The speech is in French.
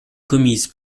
commises